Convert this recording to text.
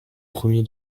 premier